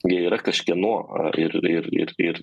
jie yra kažkieno ir ir ir ir